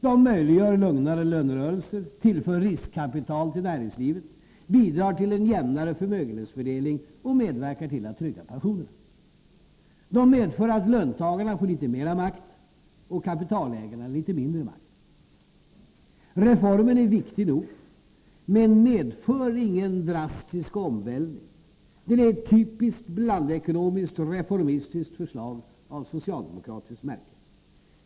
De möjliggör lugnare lönerörelser, tillför riskkapital till näringslivet, bidrar till en jämnare förmögenhetsfördelning och medverkar till att trygga pensionerna. De medför att löntagarna får litet mera makt och kapitalägarna litet mindre makt. Reformen är viktig nog, men medför ingen drastisk omvälvning. Den är ett typiskt blandekonomiskt, reformistiskt förslag av socialdemokratiskt märke.